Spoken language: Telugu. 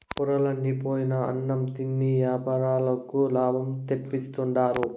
పొరలన్ని పోయిన అన్నం తిని యాపారులకు లాభాలు తెప్పిస్తుండారు